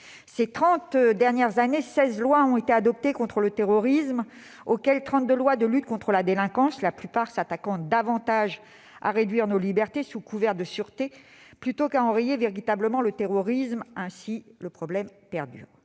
Ces trente dernières années, seize lois ont été adoptées contre le terrorisme, auxquelles s'ajoutent trente-deux lois de lutte contre la délinquance, la plupart s'attaquant davantage à réduire nos libertés, sous couvert de sûreté, qu'à enrayer véritablement le terrorisme. Ainsi, le problème perdure